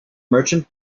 merchant